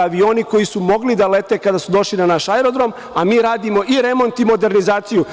avioni koji su mogli da lete kada su došli na naš aerodrom, a mi radimo i remont i modernizaciju.